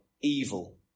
evil